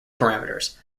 parameters